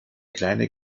kleine